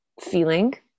feeling